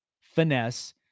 finesse